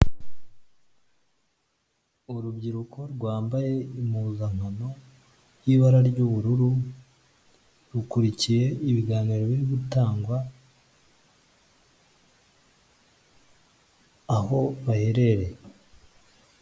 Urubyiruko rwambaye impuzankano y'ibara ry'ubururu, rukurikiye ibiganiro biri gutangwa aho baherereye.